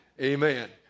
Amen